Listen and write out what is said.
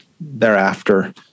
thereafter